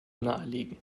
nahelegen